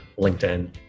LinkedIn